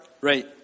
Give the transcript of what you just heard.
Right